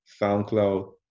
soundcloud